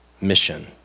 mission